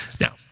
Now